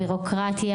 על הביורוקרטיה.